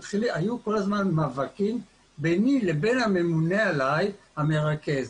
היו כל הזמן מאבקים ביני לבין הממונה עליי, המרכז.